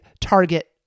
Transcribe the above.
target